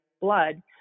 blood